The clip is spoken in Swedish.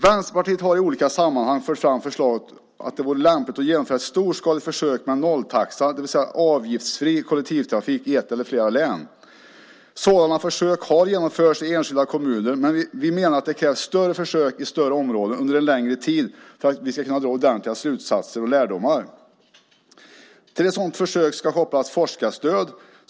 Vänsterpartiet har i olika sammanhang fört fram ett förslag där vi säger att det vore lämpligt att genomföra ett storskaligt försök med nolltaxa, det vill säga avgiftsfri kollektivtrafik, i ett eller flera län. Sådana försök har genomförts i enskilda kommuner. Men vi menar att det krävs större försök i större områden under en längre tid för att vi ska kunna dra ordentliga slutsatser och dra lärdom av detta. Till ett sådant försök ska kopplas forskarstöd.